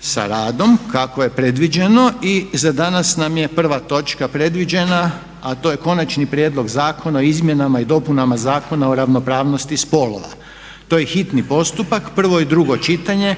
sa radom kako je predviđeno i za danas nam je prva točka predviđena a to je - Konačni prijedlog Zakona o izmjenama i dopunama Zakona o ravnopravnosti spolova, hitni postupak, prvo i drugo čitanje,